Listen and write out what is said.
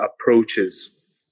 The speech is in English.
approaches